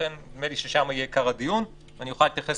ולכן נדמה לי ששם יהיה עיקר הדיון ואני אוכל להתייחס